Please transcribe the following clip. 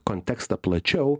kontekstą plačiau